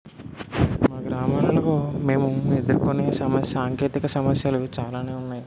మా గ్రామాలలో మేము ఎదుర్కొనే సమస్య సాంకేతిక సమస్యలు చాలానే ఉన్నాయి